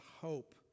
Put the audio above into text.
hope